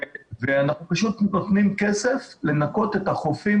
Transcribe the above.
ואנחנו נותנים כסף לנקות את החופים